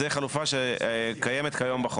זו חלופה שקיימת כיום בחוק.